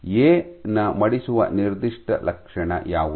A ನ ಮಡಿಸುವ ನಿರ್ದಿಷ್ಟ ಲಕ್ಷಣ ಯಾವುದು